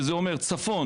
שזה אומר צפון,